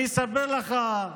אני אספר לך,